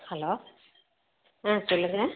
hello ஆ சொல்லுங்கள்